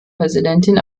präsidentin